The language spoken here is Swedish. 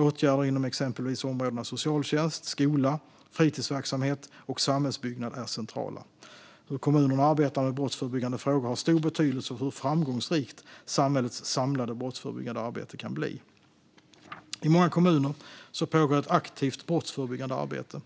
Åtgärder inom exempelvis områdena socialtjänst, skola, fritidsverksamhet och samhällsbyggnad är centrala. Hur kommunerna arbetar med brottsförebyggande frågor har stor betydelse för hur framgångsrikt samhällets samlade brottsförebyggande arbete kan bli. I många kommuner pågår ett aktivt brottsförebyggande arbete.